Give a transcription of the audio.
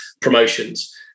promotions